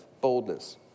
boldness